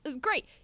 great